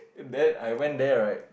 and then I went there right